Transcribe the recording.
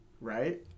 right